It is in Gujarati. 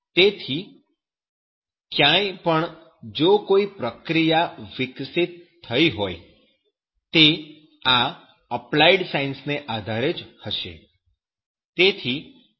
તેથી ક્યાંય પણ જો કોઈ પ્રક્રિયા વિકસિત થઈ હોય તે આ અપ્લાઈડ સાયન્સ ને આધારે જ હશે